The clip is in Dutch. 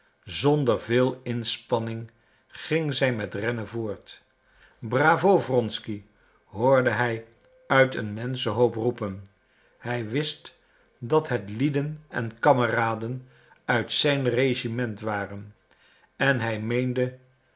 zonder veel inspanning ging zij met rennen voort bravo wronsky hoorde hij uit een menschenhoop roepen hij wist dat het lieden en kameraden uit zijn regiment waren en hij meende